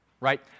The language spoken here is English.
right